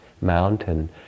mountain